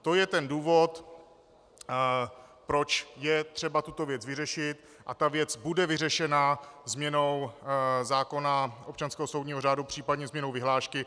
To je ten důvod, proč je třeba tuto věc vyřešit, a věc bude vyřešena změnou zákona občanského soudního řádu, případně změnou vyhlášky.